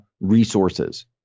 resources